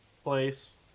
place